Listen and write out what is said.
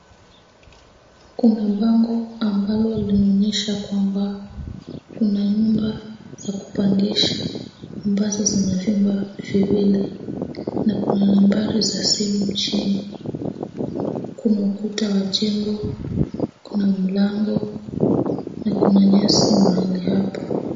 Kuna bango ambalo linaonyesha kwamba kuna nyumba za kupangisha ambazo zina vyumba viwili na kuna nambari za simu chini. Kuna ukuta wa jengo, kuna mlango, na kuna nyasi mahali hapa.